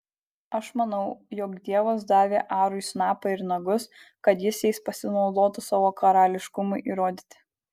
aš manau jog dievas davė arui snapą ir nagus kad jis jais pasinaudotų savo karališkumui įrodyti